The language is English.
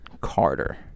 Carter